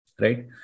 Right